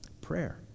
Prayer